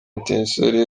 etincelles